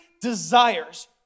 desires